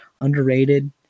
underrated